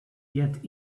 yet